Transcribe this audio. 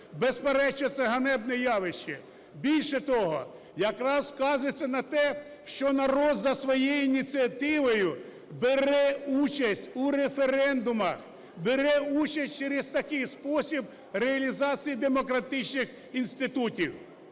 Безперечно, це ганебне явище. Більше того, якраз вказується на те, що народ за своєю ініціативою бере участь у референдумах, бере участь через такий спосіб реалізації демократичних інститутів.